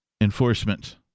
enforcement